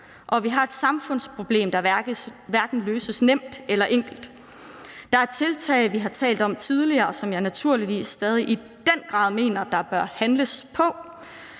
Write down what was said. og vi har et samfundsproblem, der hverken løses nemt eller enkelt. Der er tiltag, vi har talt om tidligere, som jeg naturligvis stadig i den grad mener der bør handles på.